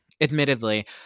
admittedly